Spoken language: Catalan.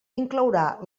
inclourà